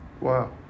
Wow